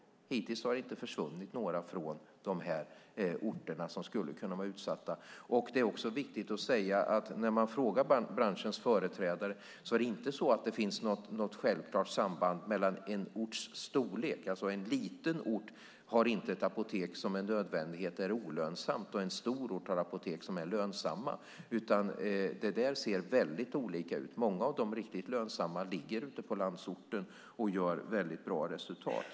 Hittills har det inte försvunnit några apotek från de orter som skulle kunna vara utsatta, och det är också viktigt att säga att när man frågar branschens företrädare är det inte så att det finns något självklart samband mellan en orts storlek och lönsamheten. En liten ort har alltså inte med nödvändighet ett apotek som är olönsamt och en stor ort apotek som är lönsamma, utan det ser olika ut. Många av de riktigt lönsamma apoteken ligger i landsorten och gör väldigt bra resultat.